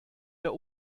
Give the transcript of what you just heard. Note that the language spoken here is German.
der